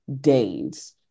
days